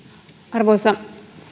arvoisa